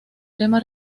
tema